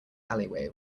alleyway